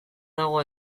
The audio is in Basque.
dago